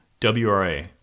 WRA